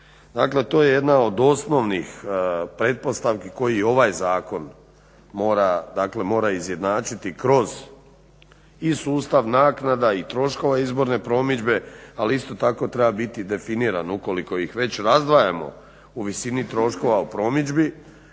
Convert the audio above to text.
Dakle, to je jedna od osnovnih pretpostavki koji ovaj zakon mora izjednačiti kroz i sustav naknada i troškova izborne promidžbe ali isto tako treba biti definiran ukoliko ih već razdvajamo u visini troškova u promidžbi,